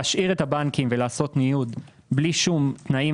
להשאיר את הבנקים ולעשות ניוד בלי שום תנאים